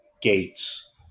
gates